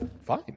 fine